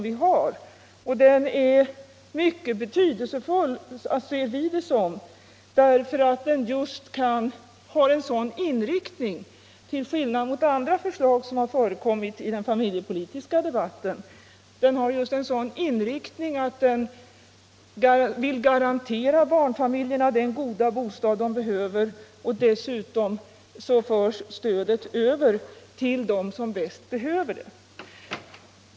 Vi ser den som särskilt betydelsefull därför att den har en sådan inriktning till skillnad mot andra förslag som har förekommit i den familjepolitiska debatten — att den dels skall garantera barnfamiljerna den goda bostad de behöver, dels rikta stödet till dem som bäst behöver det.